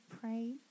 pray